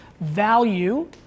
value